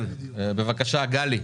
אנחנו קצת מגששות באפלה.